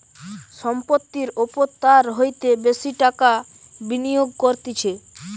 সম্পত্তির ওপর তার হইতে বেশি টাকা বিনিয়োগ করতিছে